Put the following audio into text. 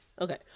Okay